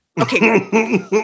Okay